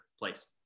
place